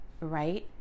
right